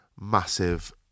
massive